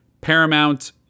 paramount